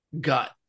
gut